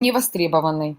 невостребованной